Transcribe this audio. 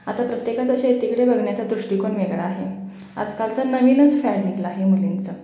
आता प्रत्येकाचा शेतीकडे बघण्याचा दृष्टिकोन वेगळा आहे आजकालचा नवीनच फॅड निघालं आहे मुलींचं